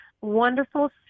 wonderful